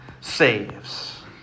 saves